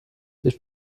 ich